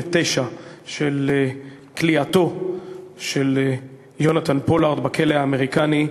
ה-29 לכליאתו של יונתן פולארד בכלא האמריקני.